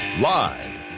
Live